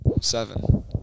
Seven